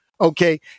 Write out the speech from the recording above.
Okay